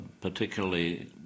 particularly